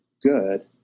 good